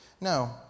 No